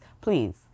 please